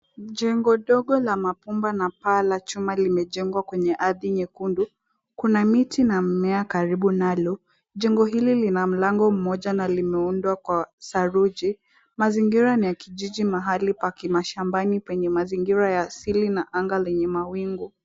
Jengo ndogo la mapumba na paa la chuma limejengwa kwenye ardhi nyekundu. Kuna miti na mimea karibu nalo. Jengo hili lina mlango mmoja na limeundwa kwa saruji. Mazingira ni ya kijiji mahali pa kimashambani penye mazingira ya asili na anga lenye mawingu.